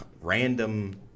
random